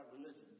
religion